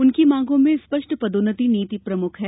उनकी मांगों में स्पष्ट पदोन्नति नीति प्रमुख है